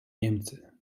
niemcy